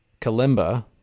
kalimba